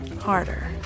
harder